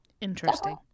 Interesting